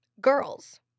girls